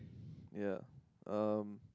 yeah um